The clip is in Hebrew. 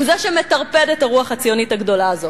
הוא זה שמטרפד את הרוח הציונית הגדולה הזאת,